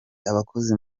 abakozi